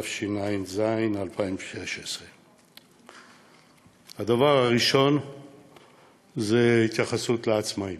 התשע"ז 2016. הדבר הראשון זה התייחסות לעצמאים.